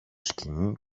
σκοινί